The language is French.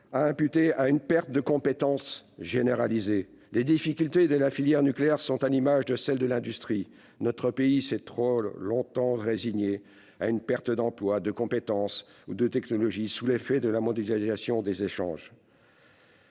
a imputées à une « perte de compétences généralisée ». Les difficultés de la filière nucléaire sont à l'image de celles de l'industrie : notre pays s'est trop longtemps résigné à une perte d'emplois, de compétences ou de technologies, sous l'effet de la mondialisation des échanges.